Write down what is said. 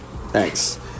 Thanks